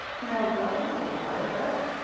now, what is the why of that?